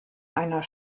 einer